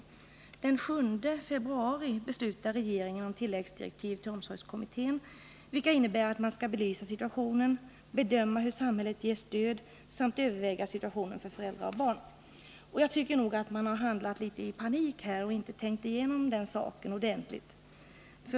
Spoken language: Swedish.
Den 7 februari beslutade regeringen om tilläggsdirektiv till omsorgskommittén, vilka innebär att man skall belysa situationen, bedöma hur samhället ger stöd samt överväga situationen för föräldrar och barn. Jag tycker nog att man handlat litet i panik och inte tänkt igenom saken ordentligt.